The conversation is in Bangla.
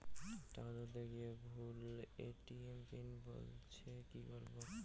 টাকা তুলতে গিয়ে ভুল এ.টি.এম পিন বলছে কি করবো?